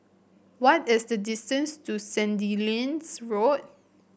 what is the distance to Sandilands Road